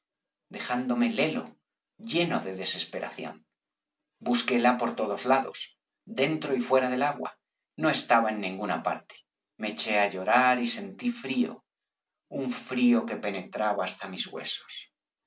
dejándome lelo lleno de desesperación busquéla por todos lados dentro y fuera del agua no estaba en ninguna parte me eché á llorar y sentí frío un frío que penetraba hasta mis huesos